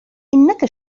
إنك